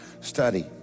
study